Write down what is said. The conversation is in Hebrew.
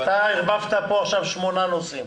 אתה ערבבת פה עכשיו שמונה נושאים.